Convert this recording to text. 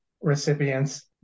recipients